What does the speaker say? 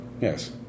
Yes